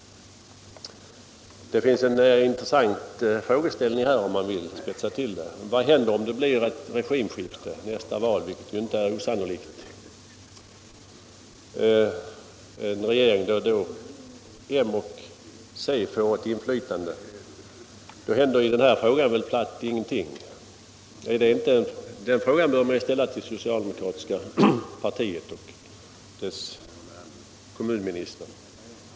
Det finns här en intressant frågeställning, om man vill spetsa till den: Vad händer om det blir ett regimskifte efter nästa val, vilket ju inte är osannolikt, och det blir en regering där m och c får ett inflytande? Då händer väl i det här ärendet platt ingenting. Den frågan bör man ställa till det socialdemokratiska partiet och dess kommunminister.